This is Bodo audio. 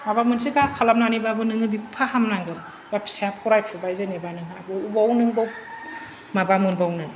माबा मोनसे गा खालामनानैब्लाबो नोङो बेखौ फाहामनांगोन बा फिसा फरायफुबाय जेनबा नोंहा अबाव नों बाव माबा मोनबावनो